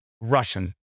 Russian